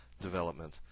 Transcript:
development